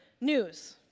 news